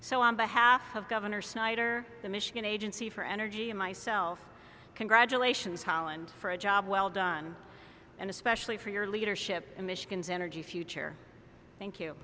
so on behalf of governor snyder the michigan agency for energy and myself congratulations holland for a job well done and especially for your leadership in michigan's energy future thank you